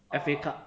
F_A cup